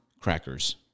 crackers